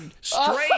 straight